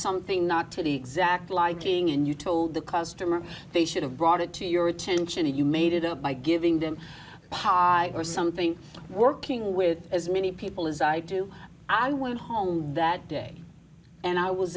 something not to the exact liking and you told the customer they should have brought it to your attention and you made it up by giving them a high or something working with as many people as i do i went home that day and i was